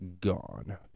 gone